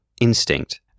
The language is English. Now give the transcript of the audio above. instinct